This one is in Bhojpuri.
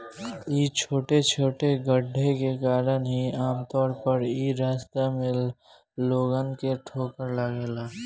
इ छोटे छोटे गड्ढे के कारण ही आमतौर पर इ रास्ता में लोगन के ठोकर लागेला